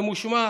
ממושמע.